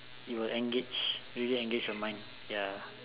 you will engage really engage your mind ya